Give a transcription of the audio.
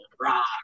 Rock